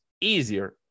easier